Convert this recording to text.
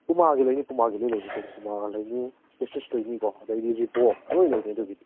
ꯄꯨꯃꯥꯒꯤ ꯂꯩꯅꯤ ꯄꯨꯃꯥꯒꯤ ꯂꯣꯏ ꯂꯩꯅꯤ ꯑꯩꯈꯣꯏꯗ ꯄꯨꯃꯥ ꯂꯩꯅꯤ ꯑꯦꯁꯤꯁ ꯂꯩꯅꯤꯀꯣ ꯑꯗꯩꯗꯤ ꯔꯤꯕꯣꯛ ꯂꯣꯏ ꯂꯩꯅꯤ ꯑꯗꯨꯒꯤꯗꯤ